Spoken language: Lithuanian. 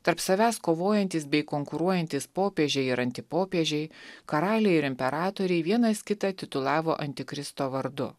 tarp savęs kovojantys bei konkuruojantys popiežiai ir antipopiežiai karaliai ir imperatoriai vienas kitą titulavo antikristo vardu